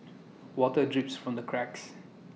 water drips from the cracks